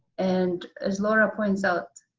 and as laura points out,